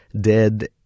dead